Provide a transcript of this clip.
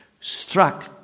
struck